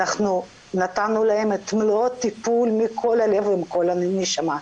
אנחנו נתנו להם את מלוא הטיפול מכל הלב ועם כל הנשמה,